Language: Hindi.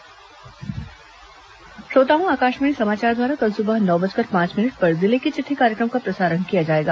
जिले की चिट्ठी श्रोताओं आकाशवाणी समाचार द्वारा कल सुबह नौ बजकर पांच मिनट पर जिले की चिट्ठी कार्यक्रम का प्रसारण किया जाएगा